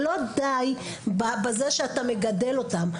שלא די בזה שאתה מגדל אותם.